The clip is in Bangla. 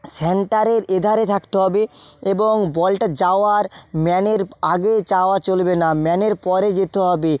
সেন্টারের এধারে থাকতে হবে এবং বলটা যাওয়ার ম্যানের আগে যাওয়া চলবে না ম্যানের পরে যেতে হবে